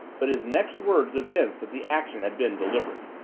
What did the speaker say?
but his next words evinced that the action had been deliberate.